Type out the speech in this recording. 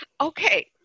Okay